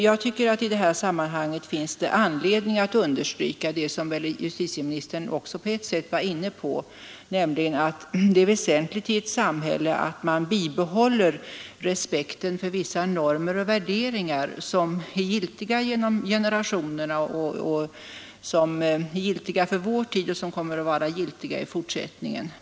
I detta sammanhang finns det emellertid anledning understryka vad justitieministern också på sätt och vis var inne på, nämligen att det är väsentligt i ett samhälle att man bibehåller respekten för vissa normer och värderingar som är giltiga genom generationerna, som är giltiga för vår tid och som kommer att vara giltiga i fortsättningen.